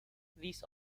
these